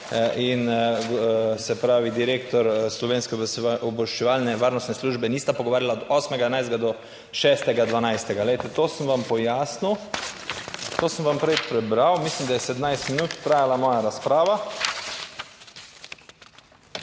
in se pravi direktor Slovenske obveščevalno varnostne službe nista pogovarjala od 8. 11. do 6. 12.. Glejte, to sem vam pojasnil. To sem vam prej prebral. Mislim, da je 17 minut trajala moja razprava.